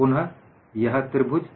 पुन यह त्रिभुज